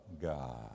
God